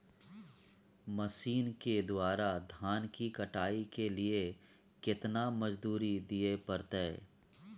Machine के द्वारा धान की कटाइ के लिये केतना मजदूरी दिये परतय?